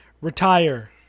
retire